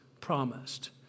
promised